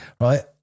Right